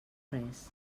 res